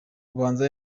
ubanza